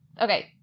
Okay